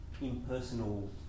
impersonal